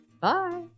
Bye